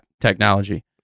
technology